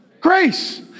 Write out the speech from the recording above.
grace